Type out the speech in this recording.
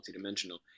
multidimensional